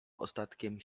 ostatkiem